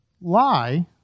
lie